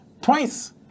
twice